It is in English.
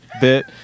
bit